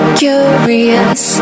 curious